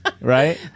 right